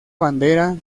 bandera